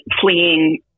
fleeing